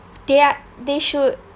they're they should